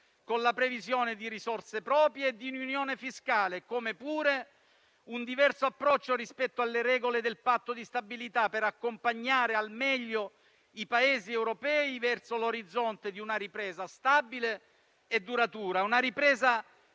con la previsione di risorse proprie e di un'unione fiscale, come pure un diverso approccio rispetto alle regole del Patto di stabilità, per accompagnare al meglio i Paesi europei verso l'orizzonte di una ripresa stabile e duratura. Una ripresa